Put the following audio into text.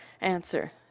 Answer